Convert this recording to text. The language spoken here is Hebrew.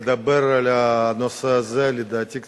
ולאחר מכן,